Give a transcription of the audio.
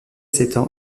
s’étend